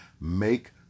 Make